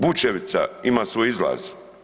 Vučevica ima svoj izlaz.